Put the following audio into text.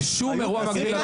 שום אירוע מקביל.